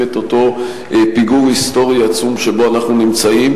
את אותו פיגור היסטורי עצום שבו אנחנו נמצאים.